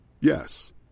Yes